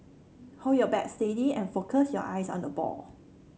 hold your bat steady and focus your eyes on the ball